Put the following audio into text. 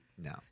No